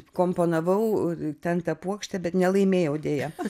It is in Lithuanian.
komponavau ten tą puokštę bet nelaimėjau deja